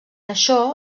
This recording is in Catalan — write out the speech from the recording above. això